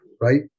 Right